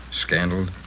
scandal